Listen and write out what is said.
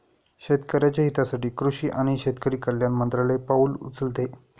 शेतकऱ्याच्या हितासाठी कृषी आणि शेतकरी कल्याण मंत्रालय पाउल उचलते